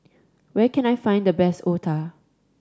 where can I find the best otah